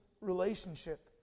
relationship